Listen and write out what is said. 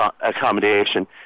accommodation